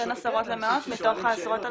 בין עשרות למאות, מתוך עשרות האלפים?